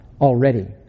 already